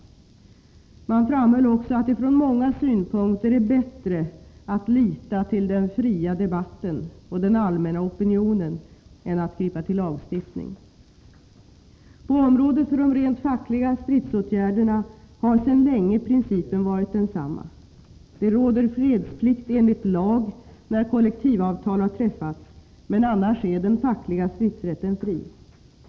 Men man framhöll också att det från många synpunkter är bättre att lita till den fria debatten och den allmänna opinionen än att gripa till lagstiftning. På området för de rent fackliga stridsåtgärderna har sedan länge principen varit densamma. Det råder fredsplikt enligt lag när kollektivavtal har träffats, men annars är den fackliga stridsrätten fri.